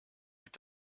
mit